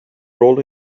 role